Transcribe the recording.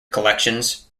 collections